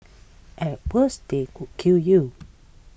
at worst they could kill you